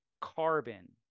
carbon